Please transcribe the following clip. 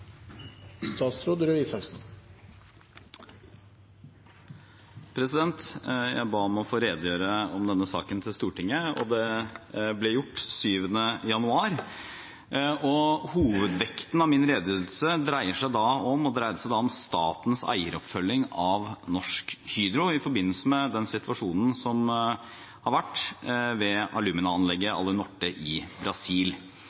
Jeg ba om å få redegjøre om denne saken for Stortinget, og det ble gjort den 7. juni. Hovedvekten av min redegjørelse dreide seg da om statens eieroppfølging av Norsk Hydro i forbindelse med den situasjonen som har vært ved alumina-anlegget Alunorte i Brasil.